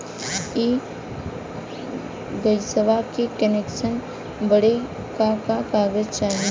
इ गइसवा के कनेक्सन बड़े का का कागज चाही?